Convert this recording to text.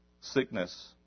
sickness